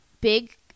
big